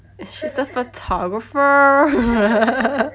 she's a photographer